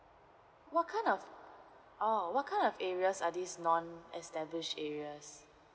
what kind of orh what kind of areas are these non establish areas